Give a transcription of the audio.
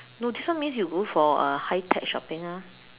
no this one means you go for uh high tech shopping ah